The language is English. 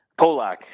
Polak